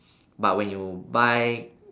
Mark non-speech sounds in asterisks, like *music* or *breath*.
*breath* but when you buy